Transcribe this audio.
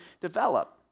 develop